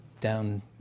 down